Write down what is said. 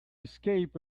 escape